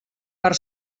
per